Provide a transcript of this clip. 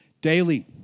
daily